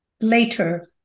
later